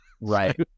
right